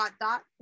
dot